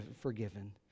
forgiven